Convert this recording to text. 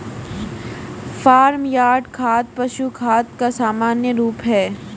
farm yard खाद पशु खाद का सामान्य रूप है